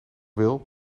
wil